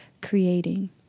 creating